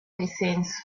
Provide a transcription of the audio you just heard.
descenso